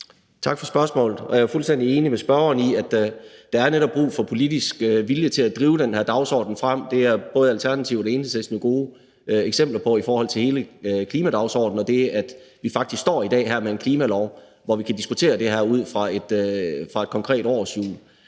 Tak for spørgsmålet. Jeg er fuldstændig enig med spørgeren i, at der netop er brug for politisk vilje til at drive den her dagsorden frem. Det er både Alternativet og Enhedslisten gode eksempler på i forhold til hele klimadagsordenen og det, at vi faktisk i dag står her med en klimalov, hvor vi kan diskutere det her ud fra et konkret oversyn.